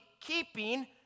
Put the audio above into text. keeping